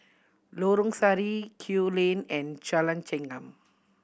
Lorong Sari Kew Lane and Jalan Chengam